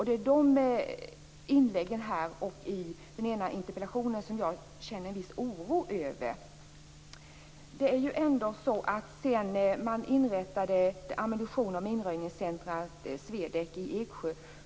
De här inläggen och den ena interpellationen känner jag en viss oro över. Man har inrättat ammunitions och minröjningscentrumet, SWEDEC, i Eksjö.